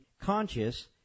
conscious